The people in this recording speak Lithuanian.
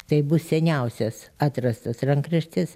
tai bus seniausias atrastas rankraštis